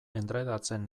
endredatzen